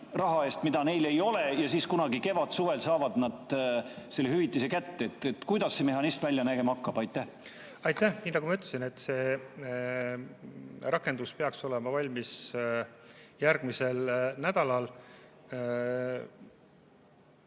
rahaga, mida neil ei ole, ja siis kunagi kevadsuvel saavad selle hüvitise kätte? Või kuidas see mehhanism välja nägema hakkab? Aitäh! Nii nagu ma ütlesin, see rakendus peaks olema valmis järgmisel nädalal.